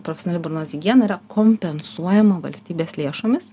profesionali burnos higiena yra kompensuojama valstybės lėšomis